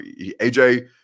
AJ